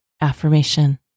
AFFIRMATION